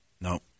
No